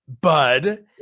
bud